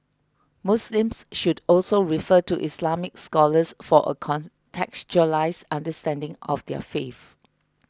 Muslims should also refer to Islamic scholars for a contextualised understanding of their faith